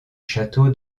château